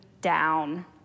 down